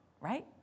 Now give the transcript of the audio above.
right